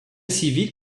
civile